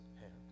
hand